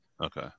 Okay